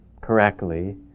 correctly